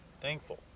thankful